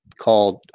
called